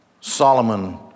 Solomon